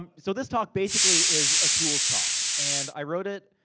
um so this talk, basically, is a tools talk. and i wrote it